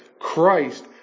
Christ